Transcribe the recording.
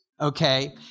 okay